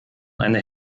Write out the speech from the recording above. eine